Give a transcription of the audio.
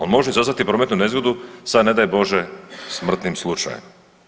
On može izazvati prometnu nezgodu sa ne daj bože smrtnim slučajem.